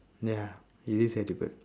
ya it is edible